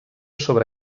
sobre